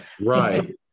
right